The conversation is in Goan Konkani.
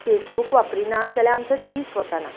फेसबूक वापरिना जाल्यार आमचो दीस वचाना